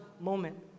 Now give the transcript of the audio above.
moment